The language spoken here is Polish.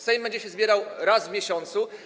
Sejm będzie się zbierał raz w miesiącu.